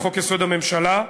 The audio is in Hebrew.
לחוק-יסוד: הממשלה,